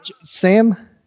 Sam